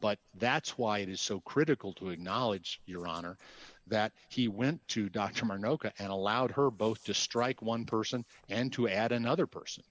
but that's why it is so critical to acknowledge your honor that he went to dr martin ok and allowed her both to strike one person and to add another person